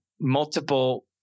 multiple